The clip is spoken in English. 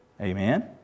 Amen